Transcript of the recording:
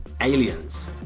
Aliens